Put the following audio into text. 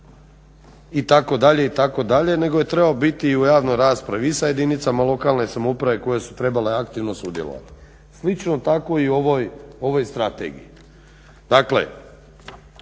Slavonije itd. itd. nego je trebao biti i u javnoj raspravi i sa jedinicama lokalne samouprave koje su trebale aktivno sudjelovati. Slično je tako i u ovoj strategiji.